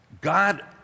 God